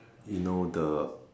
you know the